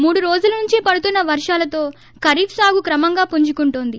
మూడు రోజుల నుంచి పడుతున్న వర్షాలతో ఖరీఫ్ సాగు క్రమంగా పుంజుకుంటోంది